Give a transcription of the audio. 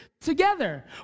together